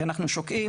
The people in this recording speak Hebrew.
כי אנחנו שוקעים.